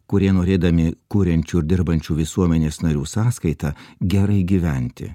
kurie norėdami kuriančių ir dirbančių visuomenės narių sąskaita gerai gyventi